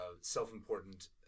self-important